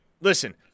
listen